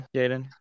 Jaden